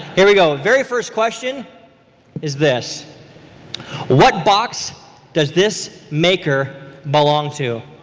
here we go. very first question is this what box does this maker belong to?